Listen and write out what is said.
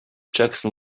jackson